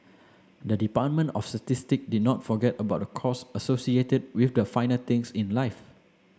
the Department of Statistic did not forget about the costs associated with the finer things in life